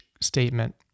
statement